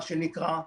מה שנקרא,